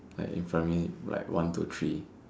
like in primary like one two three